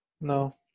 No